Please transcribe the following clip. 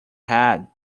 had